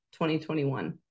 2021